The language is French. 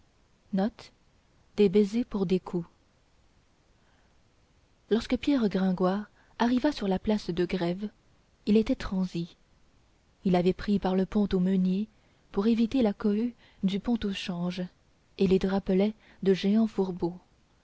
lorsque pierre gringoire arriva sur la place de grève il était transi il avait pris par le pont aux meuniers pour éviter la cohue du pont au change et les drapelets de jehan fourbault